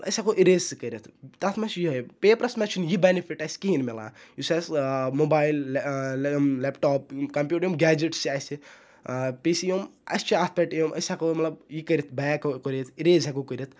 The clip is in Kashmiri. أسۍ ہیٚکو اِریز سُہ کٔرِتھ تَتھ مَنٛز چھُ یُہے پیپرَس مَنٛز چھُنہٕ یہِ بٮ۪نِفِٹ اَسہِ کِہیٖنۍ مِلان یُس اَسہِ موبایِل لیپٹاپ کَمپیوٹَر یِم گیجَٹٕس چھِ اَسہِ بیٚیہِ چھِ یِم اَسہِ چھِ اَتھ پیٹھ یِم أسۍ ہیٚکو مَطلَب یہِ کٔرِتھ بیک کٔرِتھ اِریز ہیٚکو کٔرِتھ